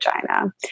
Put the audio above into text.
vagina